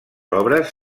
obres